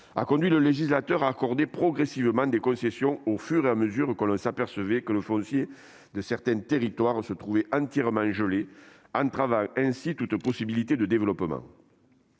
a conduit le législateur à accorder progressivement des concessions, au fur et à mesure que l'on s'apercevait que le foncier de certains territoires se trouvait entièrement gelé, entravant ainsi toute possibilité de développement.